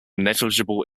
negligible